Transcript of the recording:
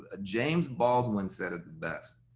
ah james baldwin said it the best.